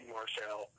Marshall